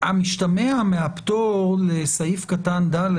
שהמשתמע מהפטור לסעיף קטן (ד)